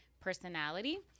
personality